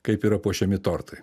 kaip yra puošiami tortai